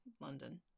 London